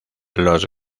los